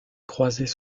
croisées